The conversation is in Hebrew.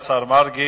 תודה לשר מרגי.